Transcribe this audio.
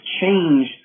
change